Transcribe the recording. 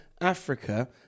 Africa